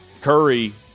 Curry